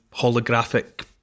holographic